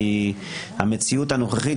כי המציאות הנוכחית,